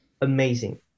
amazing